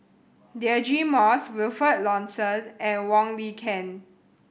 Deirdre Moss Wilfed Lawson and Wong Lin Ken